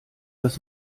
das